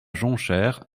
jonchère